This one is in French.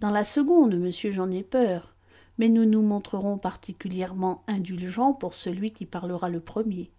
dans la seconde monsieur j'en ai peur mais nous nous montrerons particulièrement indulgents pour celui qui parlera le premier